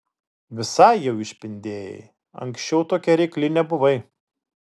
visai jau išpindėjai anksčiau tokia reikli nebuvai